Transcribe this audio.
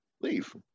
Leave